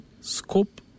scope